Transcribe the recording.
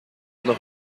los